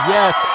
Yes